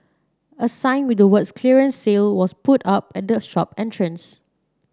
a sign with the words clearance sale was put up at the shop entrance